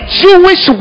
jewish